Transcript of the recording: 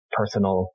personal